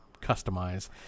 customize